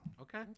Okay